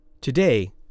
Today